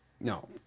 No